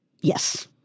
Yes